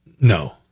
No